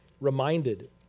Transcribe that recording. reminded